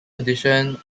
addition